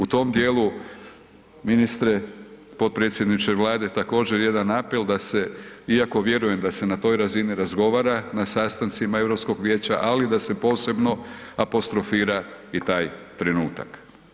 U tom djelu ministre, potpredsjedniče Vlade, također jedan apel da se, iako vjerujem da se na toj razini razgovora na sastancima Europskog vijeća, ali da se posebno apostrofira i taj trenutak.